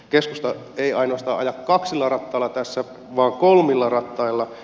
keskusta ei ainoastaan aja kaksilla rattailla tässä vaan kolmilla rattailla